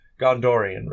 gondorian